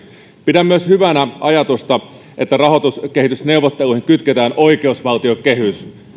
pidän myös hyvänä ajatusta että rahoituskehitysneuvotteluihin kytketään oikeusvaltiokehys